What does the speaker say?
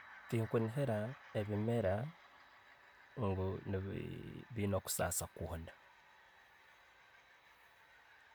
Tinkunihiira ebimeera ngu nibi biyina okusasa kwoona.